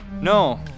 No